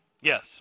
Yes